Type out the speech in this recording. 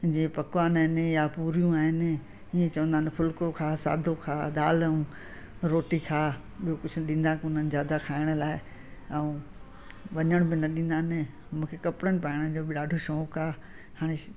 जीअं पकवान आहिनि पूरियूं आहिनि ईअं चवंदा आहिनि फुलको खा सादो खा दालि ऐं रोटी खा ॿियो कुझु ॾींदा कोन्हनि ज्यादा खाइण लाइ ऐं वञण बि न ॾींदा आहिनि मूंखे कपिड़नि पाइण जो बि ॾाढो शौंकु आहे हाणे